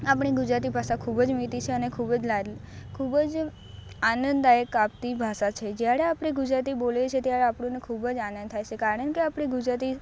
આપણી ગુજરાતી ભાષા ખૂબ જ મીઠી છે અને ખૂબ જ આનંદદાયક આપતી ભાષા છે જ્યારે આપણે ગુજરાતી બોલીએ છે ત્યારે આપણને ખૂબ જ આનંદ થાય છે કારણકે આપણી ગુજરાતી